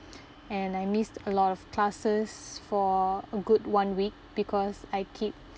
and I missed a lot of classes for a good one week because I keep